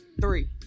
Three